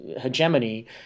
hegemony